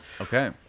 Okay